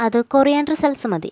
അത് coriander salsa മതി